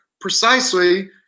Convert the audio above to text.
precisely